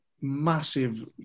massive